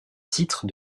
titre